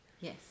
Yes